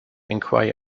enquire